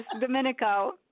Domenico